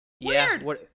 Weird